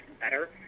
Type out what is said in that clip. better